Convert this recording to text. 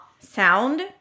Sound